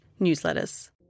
newsletters